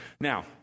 Now